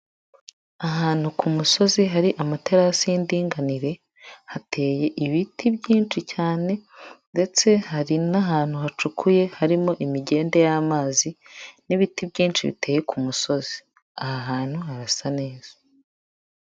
Ahantu ku musozi hari amaterasi y'indinganire, hateye ibiti byinshi cyane ndetse hari n'ahantu hacukuye harimo imigende y'amazi n'ibiti byinshi biteye ku musozi, aha hantu harasa neza.